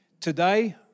Today